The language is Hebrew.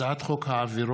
הצעת חוק העבירות